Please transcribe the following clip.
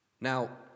Now